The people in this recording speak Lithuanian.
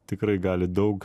tikrai gali daug